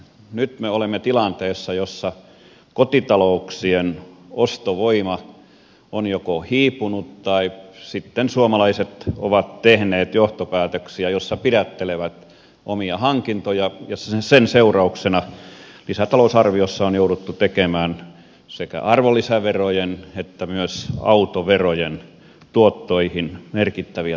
nyt me olemme tilanteessa jossa kotitalouksien ostovoima on joko hiipunut tai sitten suomalaiset ovat tehneet johtopäätöksiä jossa pidättelevät omia hankintojaan ja sen seurauksena lisätalousarviossa on jouduttu tekemään sekä arvonlisäverojen että myös autoverojen tuottoihin merkittäviä tarkennuksia